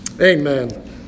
Amen